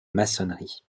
maçonnerie